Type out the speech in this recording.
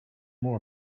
more